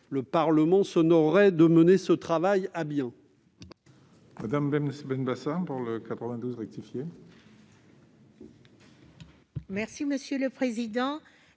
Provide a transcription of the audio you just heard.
Le Parlement s'honorerait à mener ce travail à bien.